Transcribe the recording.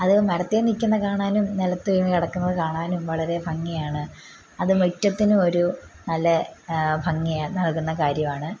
അത് മരത്തെ നില്ക്കുന്നതു കാണാനും നിലത്ത് വീണ് കിടക്കുന്നത് കാണാനും വളരെ ഭംഗിയാണ് അത് മുറ്റത്തിനുമൊരു നല്ല ഭംഗിയാ നൽകുന്ന കാര്യമാണ്